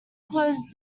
closed